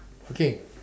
okay